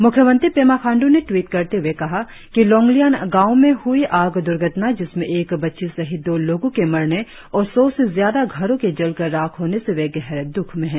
म्ख्यमंत्री पेमा खांड्र ने ट्वीट करते हए कहा कि लोंगलियांग गांव में हई आग द्र्घटना जिसमें एक बच्ची सहित दो लोगो के मरने और सौ से ज्यादा घरों के जलकर राख होने से वे गहरे द्ख में है